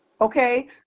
okay